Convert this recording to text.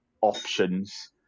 options